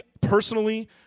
personally